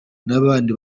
n’abandi